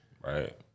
Right